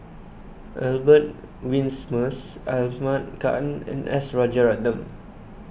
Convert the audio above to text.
Albert Winsemius Ahmad Khan and S Rajaratnam